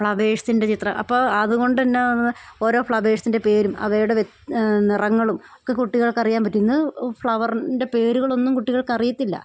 ഫ്ലവേഴ്സിൻ്റെ ചിത്രം അപ്പോൾ അതുകൊണ്ടെന്താണ് ഓരോ ഫ്ലവേഴ്സിൻ്റെ പേരും അവയുടെ വ്യത് നിറങ്ങളും ഒക്കെ കുട്ടികൾക്കറിയാൻ പറ്റും ഇന്ന് ഫ്ലവറിൻ്റെ പേരുകളൊന്നും കുട്ടികൾക്കറിയത്തില്ല